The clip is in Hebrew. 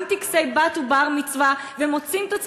גם טקסי בר ובת מצווה,